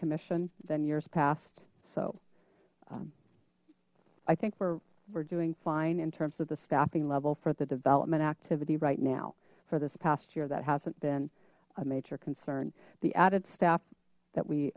commission than years past so i think we're doing fine in terms of the staffing level for the development activity right now for this past year that hasn't been a major concern the added staff that we